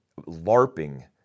LARPing